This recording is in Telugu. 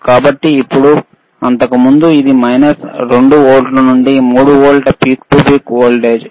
కాబట్టి ఇప్పుడు అంతకుముందు ఇది మైనస్ 2 వోల్ట్ల నుండి 3 వోల్ట్ల పీక్ టు పీక్ వోల్టేజ్